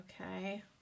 okay